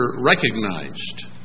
recognized